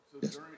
Yes